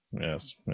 yes